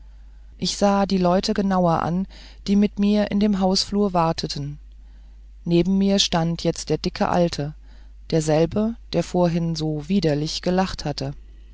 ich sah die leute genauer an die mit mir in dem hausflur warteten neben mir stand jetzt der dicke alte derselbe der vorhin so widerlich gelacht hatte